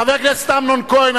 חבר הכנסת אמנון כהן,